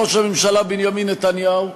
בראש הממשלה בנימין נתניהו,